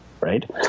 right